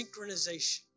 synchronization